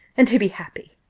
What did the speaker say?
and to be happy.